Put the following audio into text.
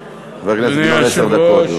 גילאון, עשר דקות.